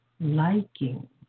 Liking